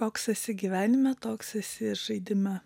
koks esi gyvenime toks esi ir žaidime